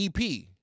EP